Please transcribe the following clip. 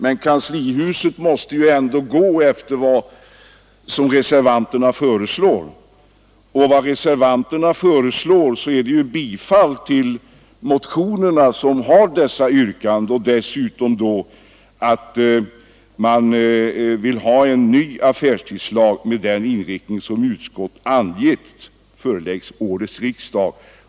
Men kanslihuset måste ju ändå se på vad reservanterna föreslår, och reservanterna föreslår ett bifall till motionerna och hemställer att riksdagen hos Kungl. Maj:t begär att förslag till ny affärstidslag med den inriktning som man angivit föreläggs årets riksdag.